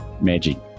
magic